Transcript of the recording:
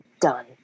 done